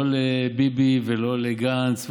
לא לביבי ולא לגנץ.